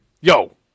yo